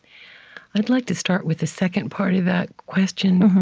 i'd like to start with the second part of that question.